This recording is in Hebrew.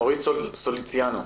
אורית סוליציאנו.